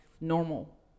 normal